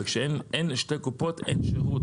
וכשאין שתי קופות אין שירות,